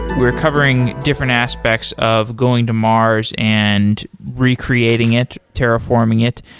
we're covering different aspects of going to mars and re-creating it, terraforming it.